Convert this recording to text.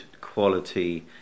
quality